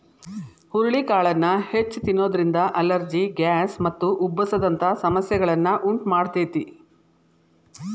ಹುರಳಿಕಾಳನ್ನ ಹೆಚ್ಚ್ ತಿನ್ನೋದ್ರಿಂದ allergy, gas ಮತ್ತು ಉಬ್ಬಸ ದಂತ ಸಮಸ್ಯೆಗಳನ್ನ ಉಂಟಮಾಡ್ತೇತಿ